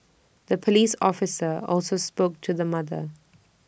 the Police officer also spoke to the mother